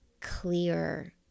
clear